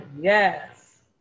Yes